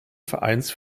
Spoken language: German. vereins